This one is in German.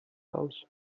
aus